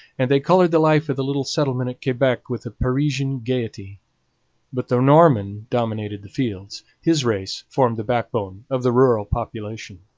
and they coloured the life of the little settlement at quebec with a parisian gaiety but the norman dominated the fields his race formed the backbone of the rural population.